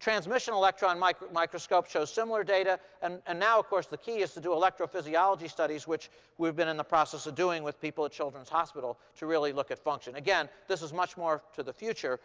transmission electron like microscope shows similar data. and ah now, of course, the key is to do electrophysiology studies, which we've been in the process of doing with people at children's hospital to really look at function. again, this is much more to the future